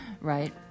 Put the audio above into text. right